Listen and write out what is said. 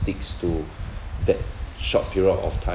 sticks to that short period of time